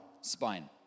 spine